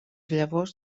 llavors